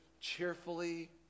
cheerfully